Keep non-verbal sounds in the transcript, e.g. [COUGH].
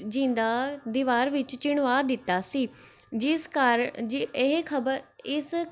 ਜ਼ਿੰਦਾ ਦੀਵਾਰ ਵਿੱਚ ਚਿਣਵਾ ਦਿੱਤਾ ਸੀ ਜਿਸ ਕਾਰਨ [UNINTELLIGIBLE] ਇਹ ਖਬਰ ਇਸ